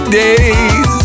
days